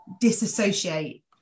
disassociate